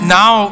now